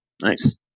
Nice